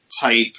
type